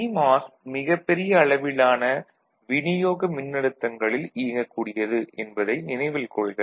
CMOS மிகப் பெரிய அளவிலான விநியோக மின்னழுத்தங்களில் இயங்கக் கூடியது என்பதை நினைவில் கொள்க